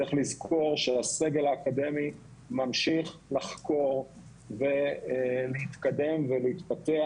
צריך לזכור שהסגל האקדמי ממשיך לחקור ולהתקדם ולהתפתח,